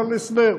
אבל הסדר.